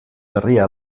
berria